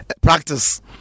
practice